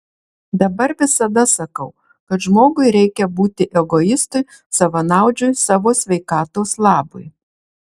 dabar visada sakau kad žmogui reikia būti egoistui savanaudžiui savo sveikatos labui